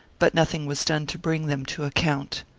but nothing was done to bring them to account.